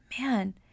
man